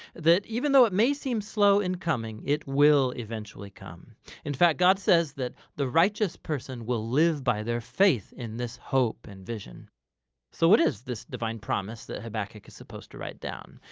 that even though it may seem slow in coming, it will eventually come in fact god says that the righteous person will live by their faith in this hope and vision so what is this divine promise that habakkuk is supposed to write down?